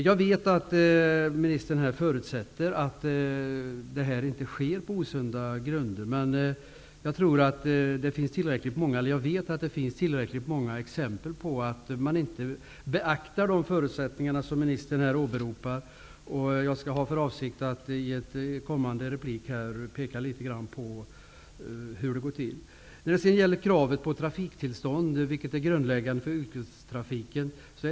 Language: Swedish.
Jag vet att ministern förutsätter att konkurrensen inte sker på osunda grunder. Men det finns tillräckligt många exempel på att man inte beaktar de förutsättningar som ministern här åberopar. Jag har för avsikt att i senare inlägg peka på hur det går till. Kravet på trafiktillstånd är grundläggande för yrkestrafiken.